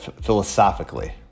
philosophically